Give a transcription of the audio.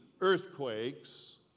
earthquakes